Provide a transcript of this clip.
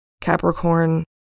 Capricorn